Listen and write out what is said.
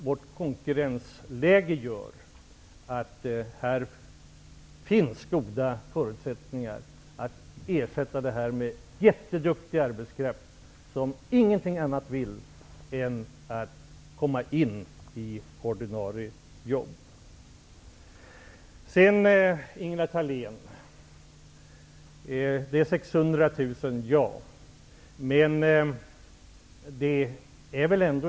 Vårt konkurrensläge gör att här finns goda förutsättningar för den jätteduktiga arbetskraft som ingenting annat vill än att komma in i ordinarie jobb. Ingela Thalén talar om de 600 000 arbetslösa.